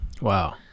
Wow